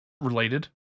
related